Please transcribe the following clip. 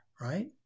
right